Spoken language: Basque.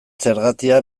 zergatia